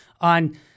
on